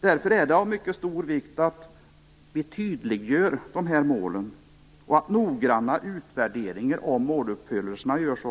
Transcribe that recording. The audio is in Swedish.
Därför är det av mycket stor vikt att målen tydliggörs och att noggranna utvärderingar om måluppfyllelse görs.